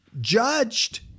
judged